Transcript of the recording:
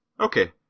Okay